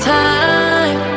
time